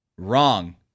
Wrong